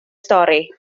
stori